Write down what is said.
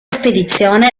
spedizione